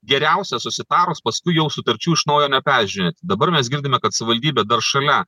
geriausia susitarus paskui jau sutarčių iš naujo neperžiūrinėti dabar mes girdime kad savivaldybė dar šalia